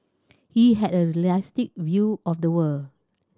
he had a realistic view of the world